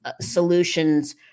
solutions